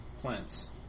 plants